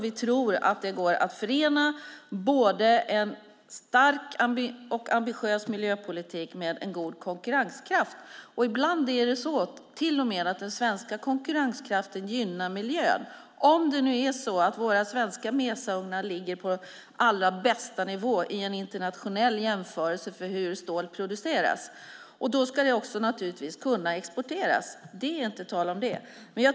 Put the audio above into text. Vi tror att det går att förena en stark och ambitiös miljöpolitik med en god konkurrenskraft. Ibland är det till och med så att den svenska konkurrenskraften gynnar miljön. Om det nu är så att våra svenska mesaugnar ligger på allra bästa nivå i en internationell jämförelse för hur stål produceras ska det också naturligtvis kunna exporteras. Det är inte tal om det.